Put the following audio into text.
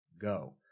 go